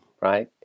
right